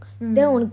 mm